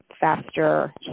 faster